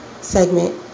segment